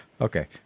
okay